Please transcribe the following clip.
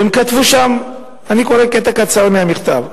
והן כתבו שם, אני קורא קטע קצר מהמכתב: